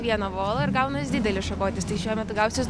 vieno volo ir gaunas didelis šakotis tai šiemet gausis